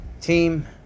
team